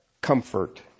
comfort